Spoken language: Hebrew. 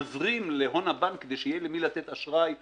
מזרים להון הבנק כדי שיהיה למי לתת אשראי חדש,